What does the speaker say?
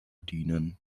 dienen